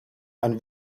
and